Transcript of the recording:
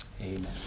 amen